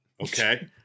Okay